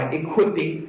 equipping